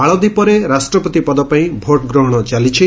ମାଳଦ୍ୱୀପରେ ରାଷ୍ଟ୍ରପତି ପଦପାଇଁ ଭୋଟ୍ଗ୍ରହଣ ଚାଲିଛି